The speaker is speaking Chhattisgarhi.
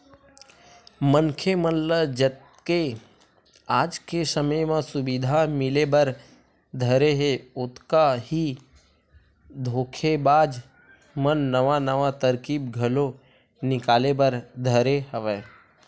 मनखे मन ल जतके आज के समे म सुबिधा मिले बर धरे हे ओतका ही धोखेबाज मन नवा नवा तरकीब घलो निकाले बर धरे हवय